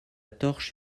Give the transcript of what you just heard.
torche